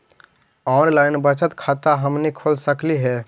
Online बचत खाता हमनी खोल सकली हे?